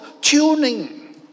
tuning